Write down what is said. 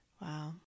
Wow